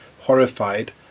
horrified